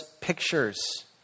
pictures